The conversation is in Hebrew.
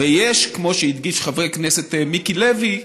ויש, כמו שהדגיש חבר הכנסת מיקי לוי,